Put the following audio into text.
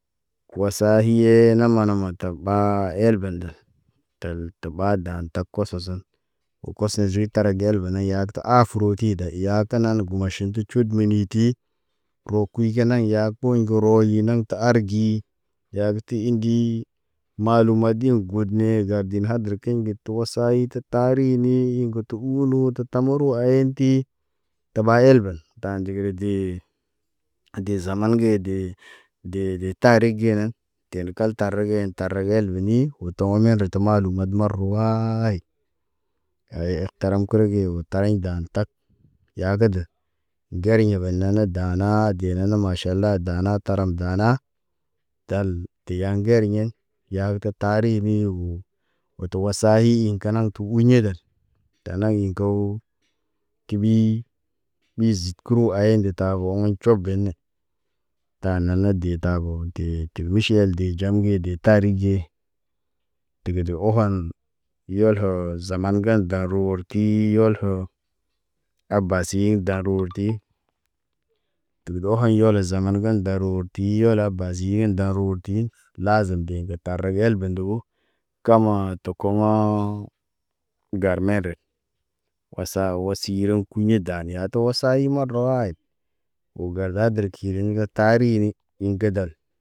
Wasaa hiye nama nama tarɓaa yelben. Təl tə ɓaa dan tak koso zon. Wo koso juwi targe yelbene yalta tə aafəro tida iyaak tə nal gumaŋg ʃin cuut minitii. Roo kuyu ge naŋg yaatə kowoɲ gə rooyi naŋg tə argii. Yaa gə tə iɲ dii maalum madi got nee gardi hadərik kiɲ giti wasa hiɲ gə ta tarinii yin goto tə ɓuulu tə tamuru ayen ti. Təɓa elben, ta ndigiri dii. Dee zaman gee dee de tarik ge nan deen de kal tari geen tari el beni woo toŋgo meri tə malu mad marawaayit. Aye ikhtaram kuri ge wo tariɲ dan tak, yaa kədə, geriɲa bənaa nə da daana dee na na maʃal dala daana taram daana. Dal deeya ŋgeriɲe yaa kə tə taribii woo. Wo tə wasa iŋg kanal kə uɲeda. Tanaŋg iŋg koo, tiɓii min ziid kəro ayen de taboo, woŋg cob bene. Taa nana dee taboo tee. Ti miʃiyel dee ɟam ge tarik ge dəgən də ohan yolhoo zama ga gal daroor tii yolhoo. Abasi darorti dəgə ɗohoɲ yolo zaman gən darooti yola bazi yen daroon ti lazim dee ŋgə tarege elben ndu- u. Kama tə komõo gar merdə wasa wosi row kuɲidaan ni yati wosi marawaayit. Woo gar zadir kiriɲ gat taarini iŋg gədəl.